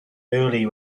early